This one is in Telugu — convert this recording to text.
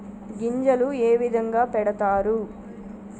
గింజలు ఏ విధంగా పెడతారు?